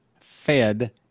Fed